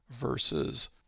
versus